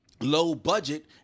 low-budget